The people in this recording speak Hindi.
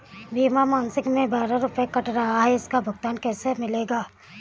बीमा मासिक में बारह रुपय काट रहा है इसका भुगतान कैसे मिलेगा?